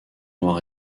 noir